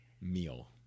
meal